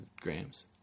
grams